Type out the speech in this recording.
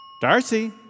Darcy